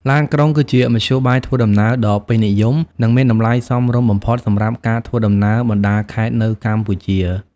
ឡានក្រុងគឺជាមធ្យោបាយធ្វើដំណើរដ៏ពេញនិយម និងមានតម្លៃសមរម្យបំផុតសម្រាប់ការធ្វើដំណើរបណ្ដាខេត្តនៅកម្ពុជា។